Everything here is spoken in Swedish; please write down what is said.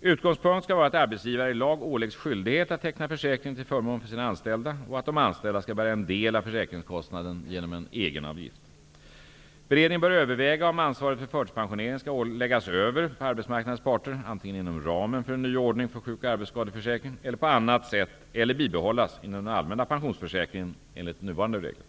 Utgångspunkt skall vara att arbetsgivare i lag åläggs skyldighet att teckna försäkring till förmån för sina anställda och att de anställda skall bära en del av försäkringskostnaden genom en egenavgift. Beredningen bör överväga om ansvaret för förtidspensioneringen skall läggas över på arbetsmarknadens parter, antingen inom ramen för en ny ordning för sjuk och arbetsskadeförsäkring eller på annat sätt, eller bibehållas inom den allmänna pensionsförsäkringen enligt nuvarande regler.